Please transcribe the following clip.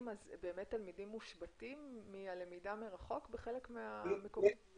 תלמידים מושבתים מהמידה מרחוק בחלק מהמקומות?